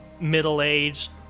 middle-aged